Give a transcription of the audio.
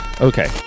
Okay